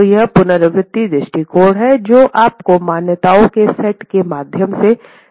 तो यह पुनरावृत्ति दृष्टिकोण है जो आपको मान्यताओं के सेट के माध्यम से ले रहा है